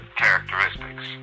characteristics